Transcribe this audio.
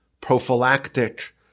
prophylactic